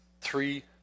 Three